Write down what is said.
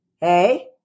Hey